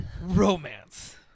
Romance